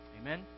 Amen